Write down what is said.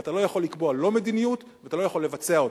ואתה לא יכול לקבוע מדיניות ואתה לא יכול לבצע אותה.